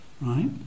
right